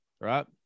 right